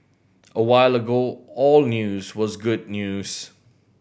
a while ago all news was good news